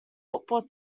football